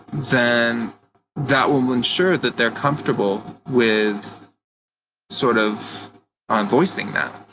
then that will ensure that they're comfortable with sort of um voicing that.